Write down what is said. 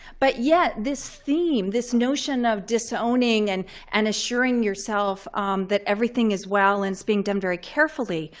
but yet, this theme, this notion of disowning and and assuring yourself that everything is well and is being done very carefully,